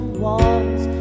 walls